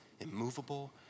immovable